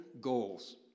goals